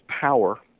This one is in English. power